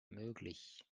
möglich